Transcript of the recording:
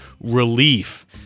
relief